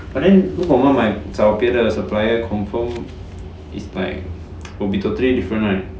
but then 如果我们买找别的 supplier confirm is like will be totally different right